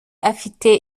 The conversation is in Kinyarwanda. afite